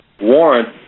warrant